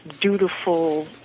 dutiful